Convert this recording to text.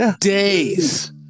days